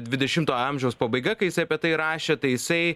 dvidešimto amžiaus pabaiga kai jisai apie tai rašė tai jisai